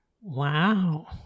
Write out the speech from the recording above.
Wow